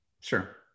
Sure